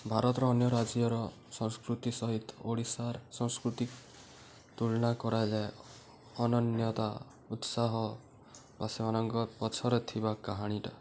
ଭାରତର ଅନ୍ୟ ରାଜ୍ୟର ସଂସ୍କୃତି ସହିତ ଓଡ଼ିଶାର ସଂସ୍କୃତି ତୁଳନା କରାଯାଏ ଅନନ୍ୟତା ଉତ୍ସାହ ବା ସେମାନଙ୍କର ପଛରେ ଥିବା କାହାଣୀଟା